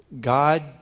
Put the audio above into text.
God